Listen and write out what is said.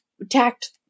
attacked